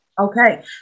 Okay